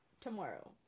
tomorrow